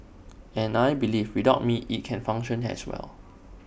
and I believe without me IT can function as well